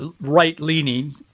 right-leaning